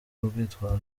urwitwazo